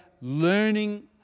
learning